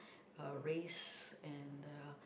uh race and uh